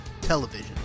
television